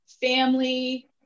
family